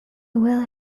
will